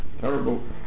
terrible